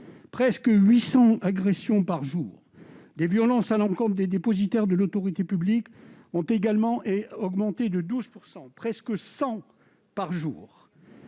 presque 800 agressions par jour ! Les violences à l'encontre des dépositaires de l'autorité publique ont également augmenté de 12 %: il y en a presque 100 par jour